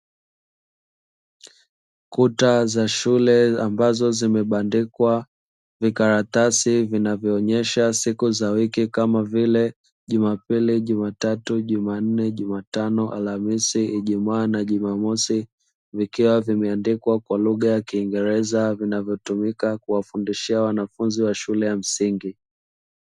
Kuta za shule ambazo zimebandikwa kwenye karatasi, vinavyoonyesha siku za wiki kama vile: jumapili, jumatatu, jumanne, jumatano, alhamisi, ijumaa na jumamosi, vikiwa vimebandikwa kwa lugha ya kiingereza zinazotumika kuwafundishia wanafunzi wa shule ya msingi.